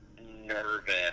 nervous